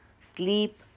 sleep